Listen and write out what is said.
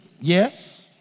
Yes